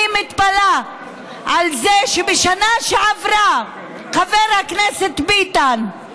אני מתפלאת על זה שבשנה שעברה חבר הכנסת ביטן,